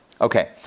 Okay